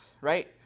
right